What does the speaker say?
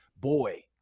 boy